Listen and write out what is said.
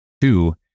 Two